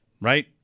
right